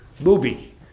movie